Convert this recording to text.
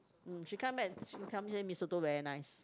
mm she come back and she tell me say mee soto very nice